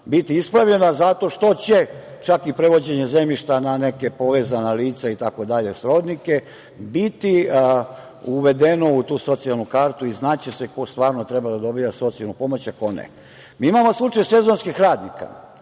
biti ispravljena zato što će čak i prevođenje zemljišta na neka povezana lica, srodnike i tako dalje, biti uvedeno u tu socijalnu kartu i znaće se ko stvarno treba da dobija socijalnu pomoć, a ko ne. Mi imamo slučaj sezonskih radnika,